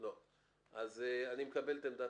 הדבר השני,